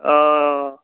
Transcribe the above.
অঁ